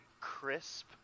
Crisp